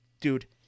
dude